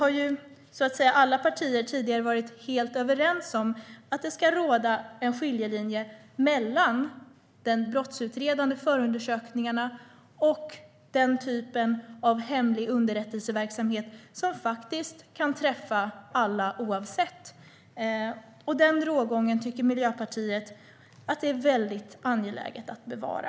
Tidigare har dock alla partier varit helt överens om att det ska råda en skiljelinje mellan de brottsutredande förundersökningarna och den typen av hemlig underrättelseverksamhet som kan träffa alla, oavsett. Den rågången tycker Miljöpartiet att det är angeläget att bevara.